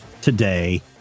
today